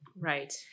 Right